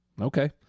okay